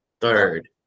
Third